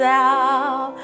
out